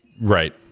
Right